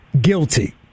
guilty